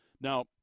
Now